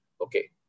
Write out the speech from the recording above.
Okay